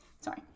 sorry